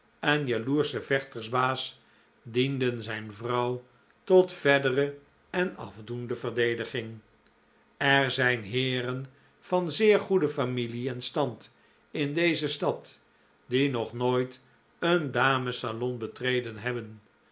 en jaloersche vechtersbaas dienden zijn vrouw tot verdere en afdoende verdediging er zijn heeren van zeer goede familie en stand in deze stad die nog nooit een damessalon betreden hebben